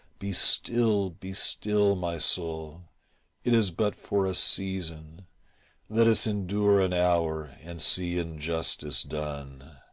be still, be still, my soul it is but for a season let us endure an hour and see injustice done.